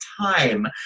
time